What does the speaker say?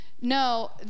No